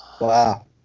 Wow